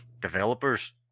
developers